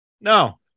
no